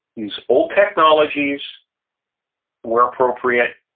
use old technologies where appropriate,